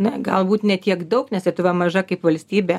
na galbūt ne tiek daug nes lietuva maža kaip valstybė